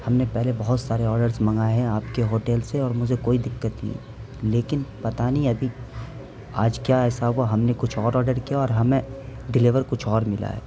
ہم نے پہلے بہت سارے آڈرس منگائے ہیں آپ کے ہوٹل سے اور مجھے کوئی دقت نہیں لیکن پتہ نہیں ابھی آج کیا ایسا ہوا ہم نے کچھ اور آڈر کیا اور ہمیں ڈلیور کچھ اور ملا ہے